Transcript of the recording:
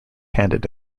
handed